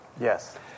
Yes